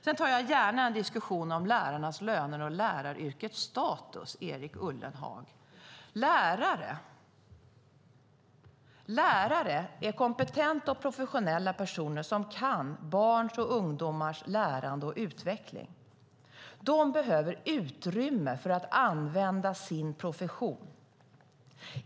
Jag tar gärna en diskussion om lärarnas löner och läraryrkets status, Erik Ullenhag. Lärare är kompetenta och professionella personer som kan barns och ungdomars lärande och utveckling. De behöver utrymme för att använda sin profession.